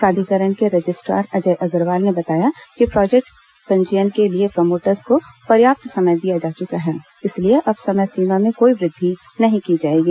प्राधिकरण के रजिस्टार अजय अग्रवाल ने बताया कि प्रोजेक्ट पंजीयन के लिए प्रमोटर्स को पर्याप्त समय दिया जा चुका है इसलिए अब समय सीमा में कोई वृद्धि नहीं की जाएगी